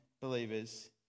believers